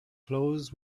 clothes